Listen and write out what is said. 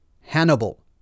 Hannibal